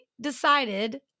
decided